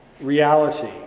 reality